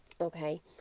okay